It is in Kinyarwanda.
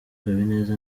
habineza